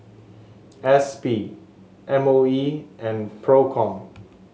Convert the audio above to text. S P M O E and Procom